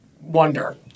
wonder